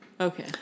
Okay